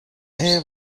air